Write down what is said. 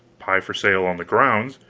pie for sale on the grounds,